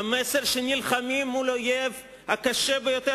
המסר שנלחמים מול האויב הקשה ביותר